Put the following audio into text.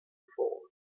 falls